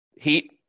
Heat